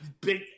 big –